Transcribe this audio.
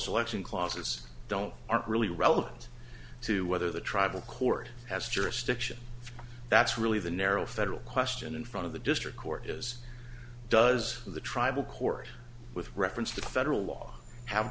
selection clauses don't aren't really relevant to whether the tribal court has jurisdiction that's really the narrow federal question in front of the district court as does the tribal court with reference to federal law have